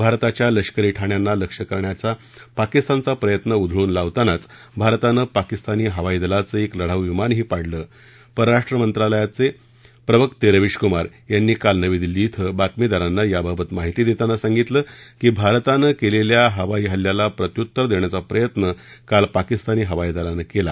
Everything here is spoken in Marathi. भारताच्या लष्करी ठाण्याना लक्ष्य करण्याचा पाकिस्तानचा प्रयत्न उधळून लावतानाचं भारतानं पाकिस्तानी हवाई दलाचं एक लढाऊ विमानही पाडलं परराष्ट्र मंत्रालय रवीश कुमार यांनी काल नवी दिल्ली इथं बातमीदाराना याबाबत माहिती देताना सांगितलं की भारतानं केलेल्या हवाई हल्ल्याला प्रत्युत्तर देण्याचा प्रयत्न काल पाकिस्तानी हवाई दलानं केला